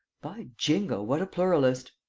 by jingo, what a pluralist!